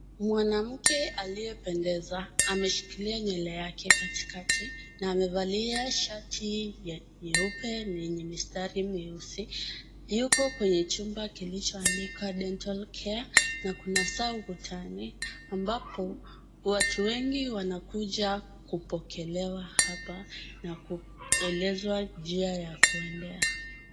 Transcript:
Mwanamke aliyependeza ameshikilia nwele yake kati kati, na amevalia shati ya nyeupe yenye mistari mieusi. Yuko kwenye nyumba kilichoandikwa Dental Care, na kuna saa ukutani amabapo watu wengi wanakuja kupokelewa hapa na kuelezwa njia ya kwendea.